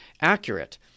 accurate